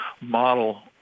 model